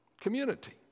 community